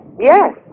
yes